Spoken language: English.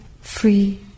free